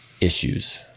issues